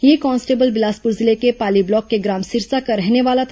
यह कांस्टेबल बिलासपुर जिले के पाली ब्लॉक के ग्राम सिरसा का रहने वाला था